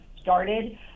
started